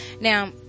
Now